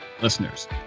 listeners